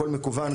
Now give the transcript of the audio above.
הכל מקוון,